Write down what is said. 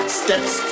steps